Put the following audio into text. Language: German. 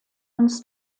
uns